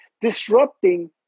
Disrupting